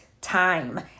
time